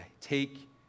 Take